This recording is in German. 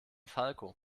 falco